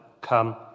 come